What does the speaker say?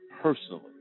personally